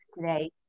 today